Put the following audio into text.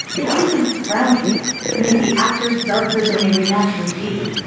it uses brown face to make the actors darker than they would naturally be.